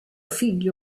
figli